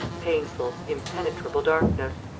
painful, impenetrable darkness.